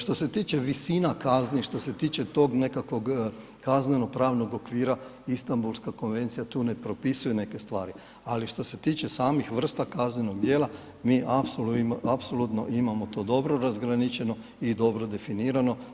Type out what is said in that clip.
Što se tiče visina kazni, što se tiče tog nekakvog kaznenopravnog okvira Istambulska konvencija tu ne propisuje neke stvari, ali što se tiče samih vrsta kaznenog djela mi apsolutno imamo to dobro razgraničeno i dobro definirano.